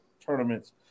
tournaments